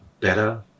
better